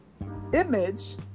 image